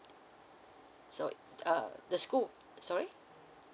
so uh the school sorry